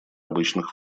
обычных